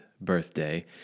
birthday